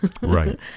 Right